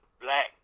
black